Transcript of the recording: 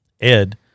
Ed